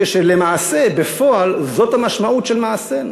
כשלמעשה בפועל זאת המשמעות של מעשינו.